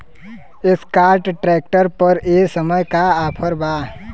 Escort tractor पर ए समय का ऑफ़र बा?